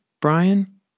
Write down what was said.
Brian